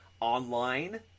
online